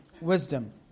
wisdom